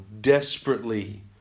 desperately